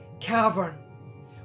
cavern